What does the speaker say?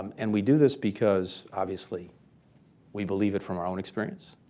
um and we do this because obviously we believe it from our own experience.